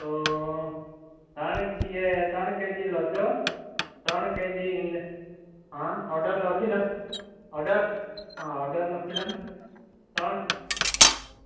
તોહ ત્રણે ત્રણ કેજી લોચો ત્રણ કેજી ઓર્ડર લખી લોને ઓર્ડર ઓર્ડર લખી લોને ત્રણ